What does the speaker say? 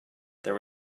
there